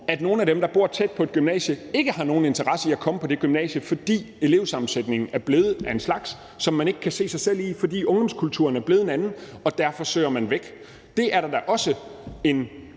at nogle af dem, der bor tæt på et gymnasie, ikke har nogen interesse i at komme på det gymnasie, fordi elevsammensætningen er blevet af en art, som man ikke kan se sig selv i, fordi ungdomskulturen er blevet en anden, og derfor søger man væk. Det er der da også en